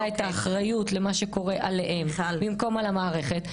את האחריות למה שקורה עליהם במקום על המערכת.